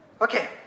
Okay